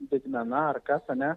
didmena ar kas ane